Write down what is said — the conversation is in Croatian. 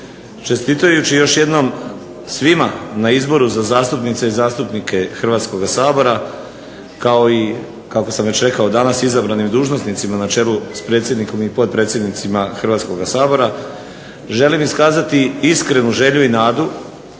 čestitajući još jednom svima na izboru za zastupnice i zastupnike Hrvatskoga sabora kao i kako sam već rekao danas izabranim dužnosnicima na čelu s predsjednikom i potpredsjednicima Hrvatskoga sabora želim iskazati iskrenu želju i nadu